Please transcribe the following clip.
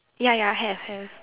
ya ya have have